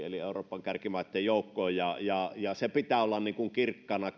eli euroopan kärkimaitten joukkoon ja ja sen pitää olla kirkkaana